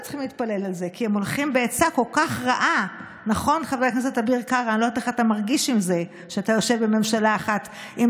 ואני אומרת לכם, חברים יקרים שלי, אתם